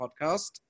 podcast